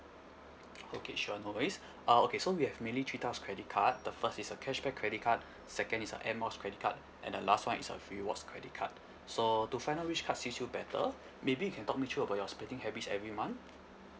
okay sure no worries uh okay so we have mainly three types of credit card the first is a cashback credit card second is a air miles credit card and the last one is a rewards credit card so to find out which card suits you better maybe you can talk me through about your spending habits every month